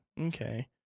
okay